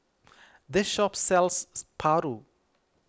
this shop sells Paru